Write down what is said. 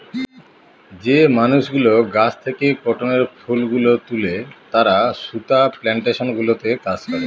যে মানুষগুলো গাছ থেকে কটনের ফুল গুলো তুলে তারা সুতা প্লানটেশন গুলোতে কাজ করে